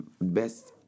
best